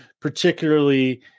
particularly